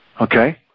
Okay